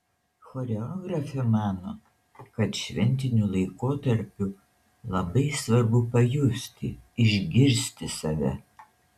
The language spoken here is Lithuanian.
choreografė mano kad šventiniu laikotarpiu labai svarbu pajusti išgirsti save